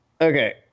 Okay